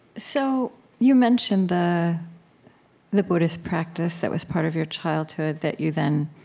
so you mentioned the the buddhist practice that was part of your childhood, that you then